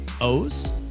O's